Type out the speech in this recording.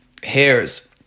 hairs